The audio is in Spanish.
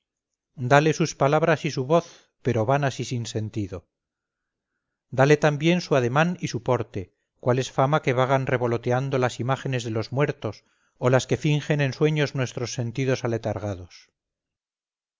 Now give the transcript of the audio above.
dale sus palabras y su voz pero vanas y sin sentido dale también su ademán y su porte cual es fama que vagan revoloteando las imágenes de los muertos o las que fingen en sueños nuestros sentidos aletargados